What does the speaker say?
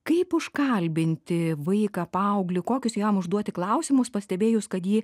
kaip užkalbinti vaiką paauglį kokius jam užduoti klausimus pastebėjus kad jį